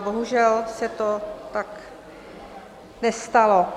Bohužel se tak nestalo.